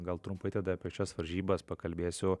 gal trumpai tada apie šias varžybas pakalbėsiu